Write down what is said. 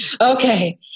okay